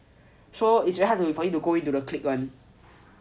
so is really hard for you to go into the clique [one]